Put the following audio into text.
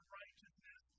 righteousness